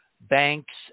banks